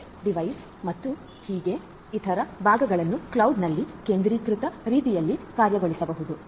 edge devices ಮತ್ತು ಹೀಗೆ ಇತರ ಭಾಗಗಳನ್ನು ಕ್ಲೌಡ್ನಲ್ಲಿ ಕೇಂದ್ರೀಕೃತ ರೀತಿಯಲ್ಲಿ ಕಾರ್ಯಗತಗೊಳಿಸಬಹುದು